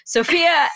Sophia